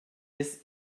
des